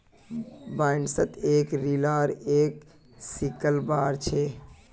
बाइंडर्सत एक रील आर एक सिकल बार ह छे